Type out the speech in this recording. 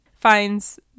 finds